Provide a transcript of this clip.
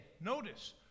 notice